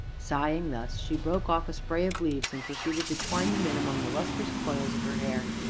sighing thus, she broke off a spray of leaves and proceeded to twine them in among the lustrous coils of her hair,